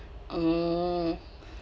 oh